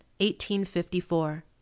1854